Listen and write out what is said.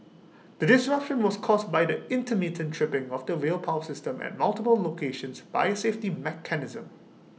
the disruption was caused by the intermittent tripping of the rail power system at multiple locations by A safety mechanism